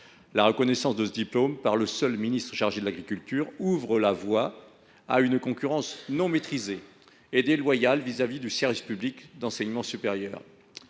reconnaissance possible par le seul ministre chargé de l’agriculture ouvre la voie à une concurrence non maîtrisée, parfois déloyale, vis à vis du service public d’enseignement supérieur.